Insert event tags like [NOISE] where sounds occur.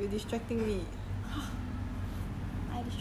[NOISE] I distract you or you distract me ah